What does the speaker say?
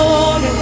Lord